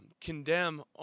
condemn